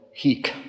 heek